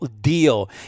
deal